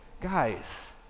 guys